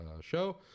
show